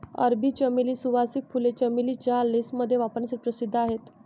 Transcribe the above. अरबी चमेली, सुवासिक फुले, चमेली चहा, लेसमध्ये वापरण्यासाठी प्रसिद्ध आहेत